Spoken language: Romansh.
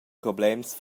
problems